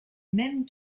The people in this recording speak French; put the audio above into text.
mêmes